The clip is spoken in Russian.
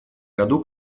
году